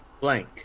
Blank